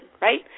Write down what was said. right